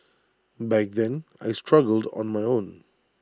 back then I struggled on my own